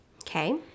Okay